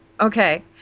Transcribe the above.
Okay